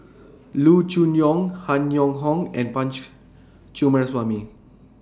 Loo Choon Yong Han Yong Hong and Punch Coomaraswamy